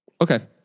Okay